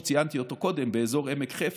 שציינתי אותו קודם באזור עמק חפר,